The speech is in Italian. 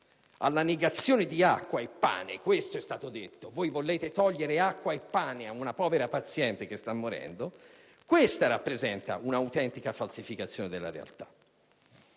alla negazione di acqua e pane (questo è stato detto, che noi volevamo togliere acqua e pane ad una povera paziente che stava morendo) rappresenta un'autentica falsificazione della realtà.